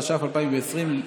התש"ף 2020,